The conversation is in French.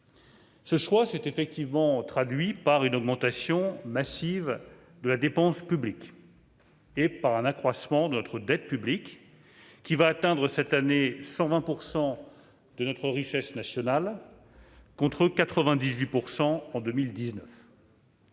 Ce choix s'est effectivement traduit par une augmentation massive de la dépense publique et par un accroissement de notre dette publique, qui atteindra cette année 120 % de notre richesse nationale, contre 98 % en 2019.